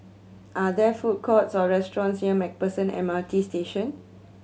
are there food courts or restaurants near Macpherson M R T Station